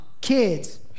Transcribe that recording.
kids